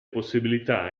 possibilità